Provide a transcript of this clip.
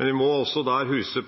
Men også der må vi huske